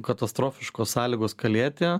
katastrofiškos sąlygos kalėti